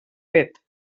fet